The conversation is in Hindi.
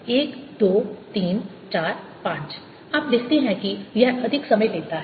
1 2 3 4 5 आप देखते हैं कि यह अधिक समय लेता है